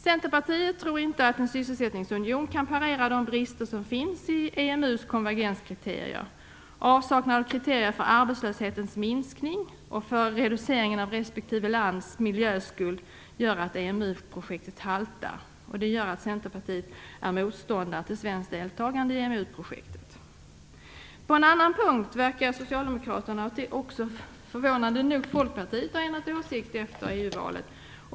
Centerpartiet tror inte att en "sysselsättningsunion" kan parera de brister som finns i EMU:s konvergenskriterier. Avsaknaden av kriterier för arbetslöshetens minskning och för reduceringen av respektive lands miljöskuld gör att EMU-projektet haltar. Det gör att Centerpartiet är motståndare till svenskt deltagande i EMU-projektet. På en annan punkt verkar Socialdemokraterna, och förvånande nog också Folkpartiet, att ha ändrat åsikt efter EU-valet.